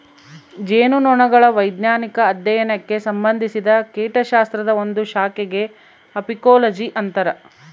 ಜೇನುನೊಣಗಳ ವೈಜ್ಞಾನಿಕ ಅಧ್ಯಯನಕ್ಕೆ ಸಂಭಂದಿಸಿದ ಕೀಟಶಾಸ್ತ್ರದ ಒಂದು ಶಾಖೆಗೆ ಅಫೀಕೋಲಜಿ ಅಂತರ